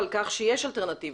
על כך שיש אלטרנטיבות.